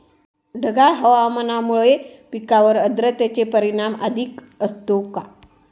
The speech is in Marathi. ढगाळ हवामानामुळे पिकांवर आर्द्रतेचे परिणाम अधिक असतो का?